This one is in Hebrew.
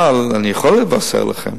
אבל אני יכול לבשר לכם